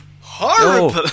Horrible